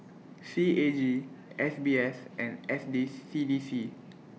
C A G F B S and F D C D C